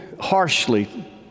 harshly